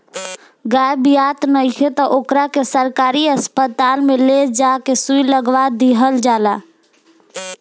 गाय बियात नइखे त ओकरा के सरकारी अस्पताल में ले जा के सुई लगवा दीहल जाला